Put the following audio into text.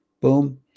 boom